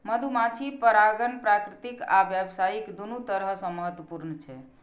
मधुमाछी परागण प्राकृतिक आ व्यावसायिक, दुनू तरह सं महत्वपूर्ण छै